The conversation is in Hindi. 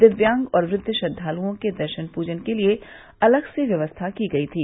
दिव्यांग और वृद्द श्रद्वाल्ओं के दर्शन पूजन के लिए अलग से व्यवस्था की गयी थी